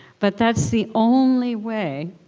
but that's the only way,